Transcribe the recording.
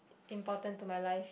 important to my life